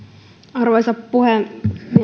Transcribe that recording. arvoisa puhemies